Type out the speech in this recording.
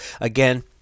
again